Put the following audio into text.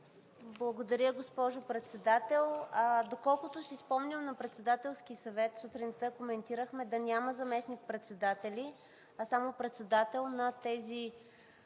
Благодаря, госпожо Председател. Доколкото си спомням, на Председателския съвет сутринта коментирахме да няма заместник-председатели, а само председател на тези